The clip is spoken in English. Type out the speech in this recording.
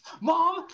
Mom